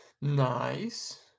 Nice